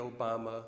Obama